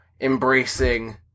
embracing